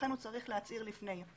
לכן הוא צריך להצהיר לפני.